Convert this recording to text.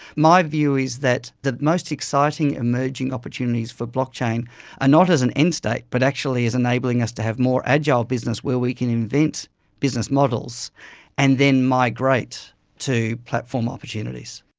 my view is that the most exciting emerging opportunities for blockchain are not as an end state but actually as enabling us to have more agile business where we can invent business models and then migrate to platform opportunities.